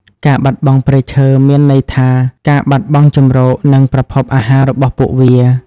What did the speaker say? ការបាត់បង់ព្រៃឈើមានន័យថាការបាត់បង់ជម្រក និងប្រភពអាហាររបស់ពួកវា។